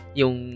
yung